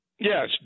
Yes